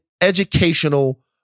educational